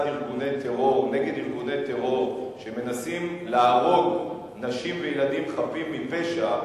ארגוני טרור שמנסים להרוג נשים וילדים חפים מפשע,